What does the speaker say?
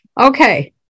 Okay